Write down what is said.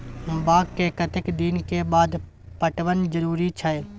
बाग के कतेक दिन के बाद पटवन जरूरी छै?